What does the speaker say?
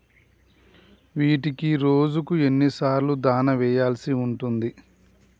వీటికి రోజుకు ఎన్ని సార్లు దాణా వెయ్యాల్సి ఉంటది?